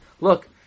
look